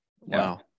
Wow